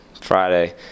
Friday